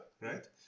right